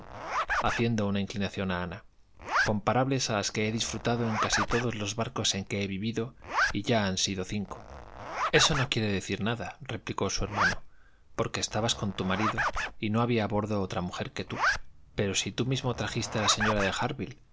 hallhaciendo una inclinación a anacomparables a las que he disfrutado en casi todos los barcos en que he vivido y ya han sido cinco eso no quiere decir nadareplicó su hermano porqué estabas con tu marida y no había a bordo otra mujer que tú pero si tú mismo trajiste a la señora de